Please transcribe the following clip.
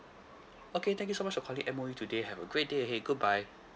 okay thank you so much for calling M_O_E today have a great day ahead goodbye